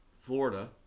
Florida